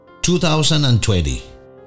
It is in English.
2020